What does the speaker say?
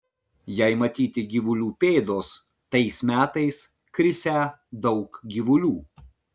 jei matyti gyvulių pėdos tais metais krisią daug gyvulių